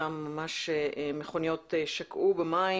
שם ממש מכוניות שקעו במים,